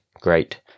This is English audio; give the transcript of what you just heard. Great